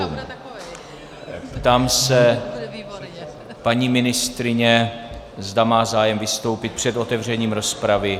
Ptám se paní ministryně, zda má zájem vystoupit před otevřením rozpravy.